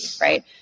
Right